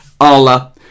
Allah